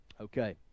okay